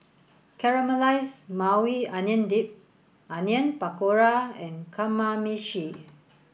Caramelized Maui Onion Dip Onion Pakora and Kamameshi